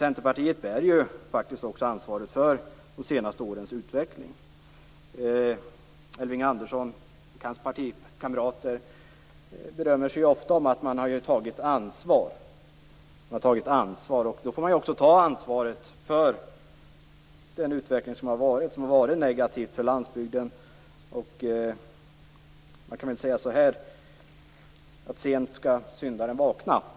Centerpartiet bär också ansvaret för de senaste årens utveckling. Elving Andersson och hans partikamrater berömmer sig ofta av att man har tagit ansvar. Då får man också ta ansvaret för den utveckling som har varit. Den har varit negativ för landsbygden. Sent skall syndaren vakna.